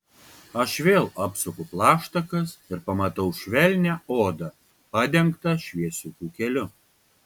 aš vėl apsuku plaštakas ir pamatau švelnią odą padengtą šviesiu pūkeliu